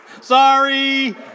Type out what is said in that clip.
Sorry